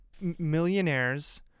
millionaires